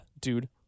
dude